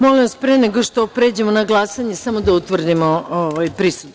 Molim vas, pre nego što pređemo na glasanje, samo da utvrdimo kvorum.